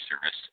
service